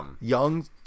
Young